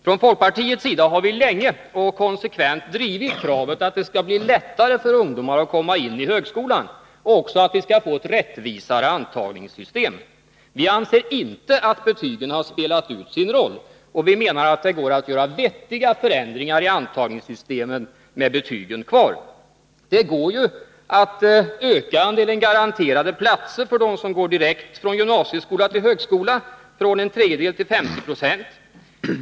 Från folkpartiets sida har vi länge och konsekvent drivit kravet att det skall bli lättare för ungdomar att komma in på högskolan och att vi skall få ett rättvisare antagningssystem. Vi anser inte att betygen har spelat ut sin roll, och vi menar att det går att göra vettiga förändringar i antagningssystemet med betygen kvar. Det går t.ex. att öka andelen garanterade platser för dem som går direkt från gymnasieskolan till högskolan från en tredjedel till 50 20.